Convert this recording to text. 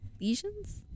lesions